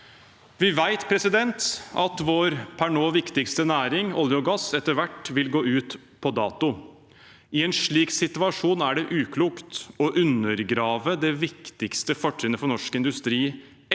Vi vet at vår per nå viktigste næring, olje og gass, etter hvert vil gå ut på dato. I en slik situasjon er det uklokt å undergrave det viktigste fortrinnet for norsk industri etter